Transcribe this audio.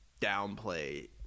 downplay